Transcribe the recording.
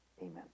Amen